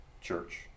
church